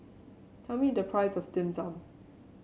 tell me the price of Dim Sum